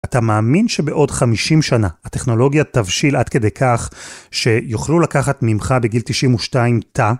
אתה מאמין שבעוד 50 שנה הטכנולוגיה תבשיל עד כדי כך שיוכלו לקחת ממך בגיל 92 תא?